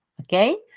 okay